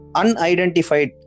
unidentified